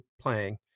playing